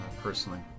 personally